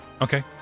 okay